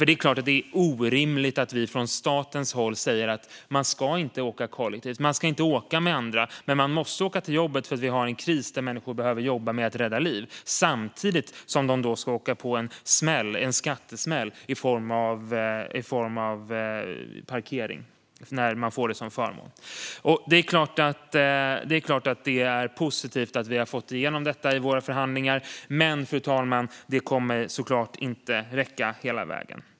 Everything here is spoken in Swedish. Det är klart att det är orimligt att vi från statens håll säger att man inte ska åka kollektivt, att man inte ska åka med andra, men att man måste åka till jobbet eftersom vi har en kris där människor behöver jobba med att rädda liv - samtidigt som man åker på en skattesmäll om man får parkering som förmån. Det är klart att det är positivt att vi fått igenom detta i våra förhandlingar, men det kommer såklart inte att räcka hela vägen.